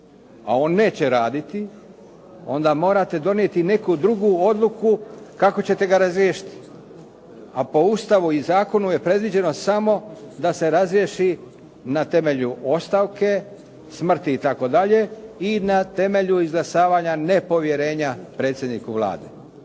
a on neće raditi, onda morate donijeti neku drugu odluku kako ćete ga razriješiti. A po Ustavu i zakonu je predviđeno samo da se razriješi na temelju ostavke, smrti itd. i na temelju izglasavanja nepovjerenja predsjedniku Vlade.